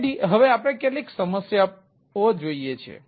તેથી હવે આપણે કેટલીક સમસ્યાઓ જોઈએ છીએ